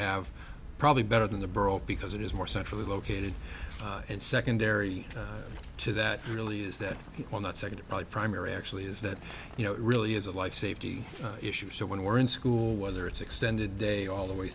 have probably better than the borough because it is more centrally located and secondary to that really is that on that second primary actually is that you know it really is a life safety issue so when we're in school whether it's extended day all the way